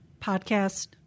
podcast